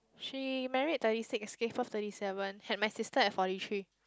she married thirty six give birth thirty seven had my sister at forty three